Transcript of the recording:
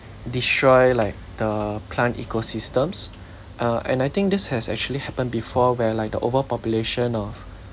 destroy like the plant ecosystems uh and I think this has actually happened before where like the overpopulation of